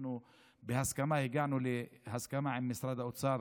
ואנחנו הגענו להסכמה עם משרד האוצר